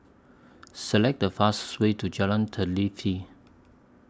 Select The fastest Way to Jalan Teliti